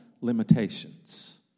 limitations